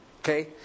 okay